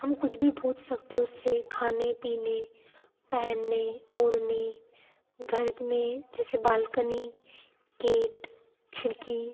हम कुछ भी पूछ सकते उससे खाने पीने पहनने ओढ़ने घर में जैसे बाल्कनी गेट खिड़की